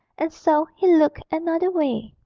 and so he looked another way.